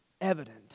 evident